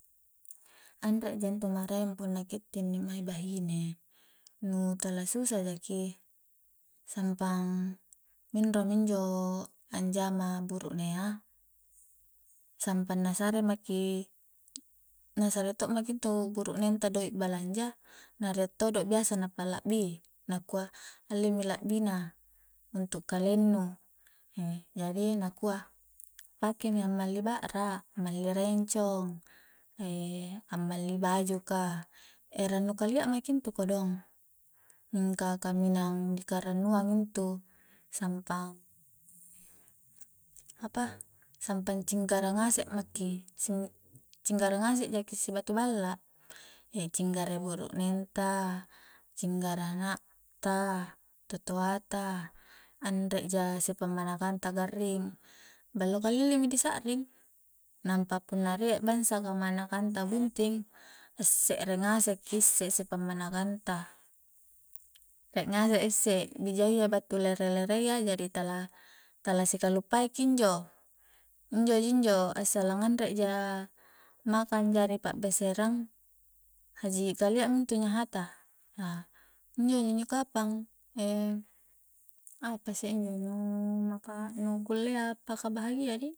Anre ja intu maraeng punna kitte inni mae bahine nu tala susa jaki sampang minro mi injo anjama burukne a sampang na sare maki na sare to'maki intu burukneng ta doik balanja na rie todo biasa na palla'bi nakua alle mi lakbi na untuk kalennu jadi nakua pake mi ammali ba'ra, ammali rencong ammali baju ka e rannu kalia maki intu kodong, mingka kaminang dikarannuang intu sampang apa sampang cinggara ngasek maki-cinggara ngasek jaki si batu balla e cinggara burukneng ta, cinggara anak ta, tutoa ta, anre ja si pammanakang ta garring ballo kalilli mi di sakring, nampa punna rie bangsa kamanakang ta bunting a'sekre ngasekki isse sipammanakang ta rie ngasek isse bijayya battu lere-lere iya jari tala-tala sikallupai ki injo, injo ji injo assalang anre ja maka anjari pa'beserang haji kalia mintu nyaha ta injoji-injo kapang apasse injo nu kullea paka bahagia dih